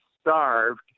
starved